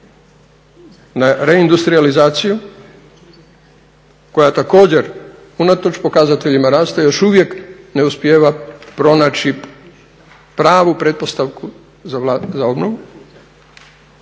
na reindustrijalizaciju koja također unatoč pokazateljima rasta još uvijek ne uspijeva pronaći pravu pretpostavku za